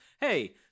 hey